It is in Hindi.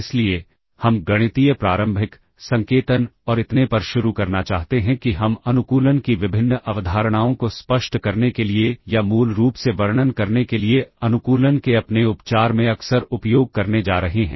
इसलिए हम गणितीय प्रारंभिक संकेतन और इतने पर शुरू करना चाहते हैं कि हम अनुकूलन की विभिन्न अवधारणाओं को स्पष्ट करने के लिए या मूल रूप से वर्णन करने के लिए अनुकूलन के अपने उपचार में अक्सर उपयोग करने जा रहे हैं